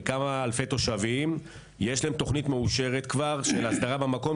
כמה אלפי תושבים יש תוכנית מאושרת להסדרה במקום.